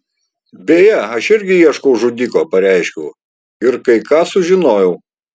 beje aš irgi ieškau žudiko pareiškiau ir kai ką sužinojau